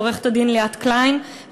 עורכת-הדין ליאת קליין,